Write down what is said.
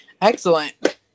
excellent